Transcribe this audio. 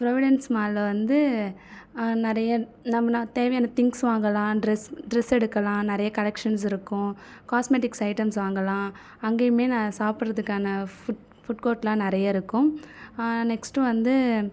Providence மாலில் வந்து நிறைய நம் தேவையான திங்ஸ் வாங்கலாம் ட்ரஸ் ட்ரஸ் எடுக்கலாம் நிறைய கலெக்ஷன்ஸ் இருக்கும் காஸ்மெடிக்ஸ் ஐட்டம்ஸ் வாங்கலாம் அங்கேயும் சாப்பிடுவதற்கான ஃபுட் ஃபுட் கோர்ட்டெல்லாம் நிறைய இருக்கும் நெக்ஸ்ட்டு வந்து